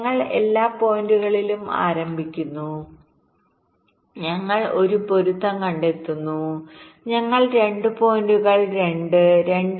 ഞങ്ങൾ എല്ലാ പോയിന്റുകളിലും ആരംഭിക്കുന്നു ഞങ്ങൾ ഒരു പൊരുത്തം കണ്ടെത്തുന്നു ഞങ്ങൾ 2 പോയിന്റുകൾ 2 2